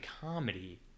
comedy